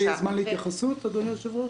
יהיה זמן להתייחסות, אדוני היושב-ראש?